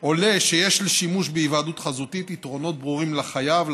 זה עולה שיש לשימוש בהיוועדות חזותית יתרונות ברורים לחייב,